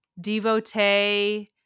devotee